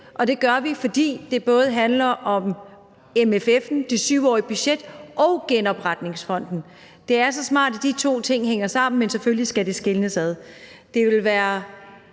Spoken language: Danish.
og det gør vi, fordi det både handler om MFF'en, det 7-årige budget, og genopretningsfonden. Det er så smart, at de to ting hænger sammen, men selvfølgelig skal det skilles ad.